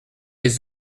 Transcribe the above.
les